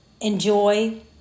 enjoy